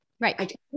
Right